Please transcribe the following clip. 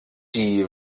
die